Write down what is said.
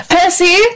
Percy